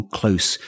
close